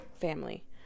family